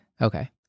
okay